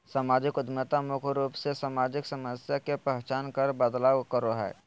सामाजिक उद्यमिता मुख्य रूप से सामाजिक समस्या के पहचान कर बदलाव करो हय